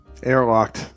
Airlocked